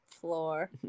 floor